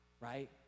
right